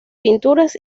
pinturas